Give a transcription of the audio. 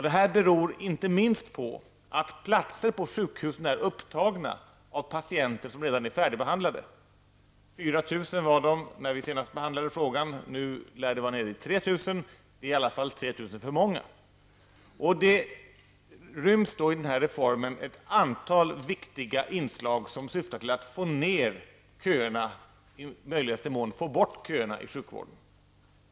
Detta beror inte minst på att platser på sjukhusen är upptagna av patienter som redan är färdigbehandlade. När vi senast behandlade frågan var det 4 000 personer, och nu lär antalet vara nere i 3 000 personer, men det är i alla fall 3 000 för många. I denna reform ryms ett antal viktiga inslag som syftar till att få ner köerna och i möjligaste mån få bort köerna inom sjukvården.